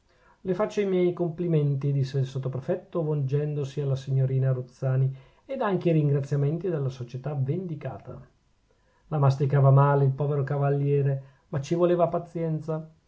le faccio i miei complimenti disse il sottoprefetto volgendosi alla signorina ruzzani ed anche i ringraziamenti della società vendicata la masticava male il povero cavaliere ma ci voleva pazienza